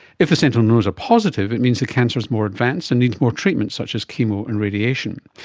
if the sentinel nodes are positive, it means the cancer is more advanced and needs more treatment such as chemo and radiation.